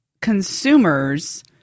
consumers